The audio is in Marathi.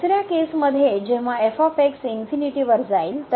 दुसऱ्या केसमध्ये जेव्हा वर जाईल